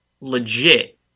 legit